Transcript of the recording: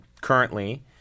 currently